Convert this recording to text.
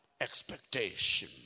expectation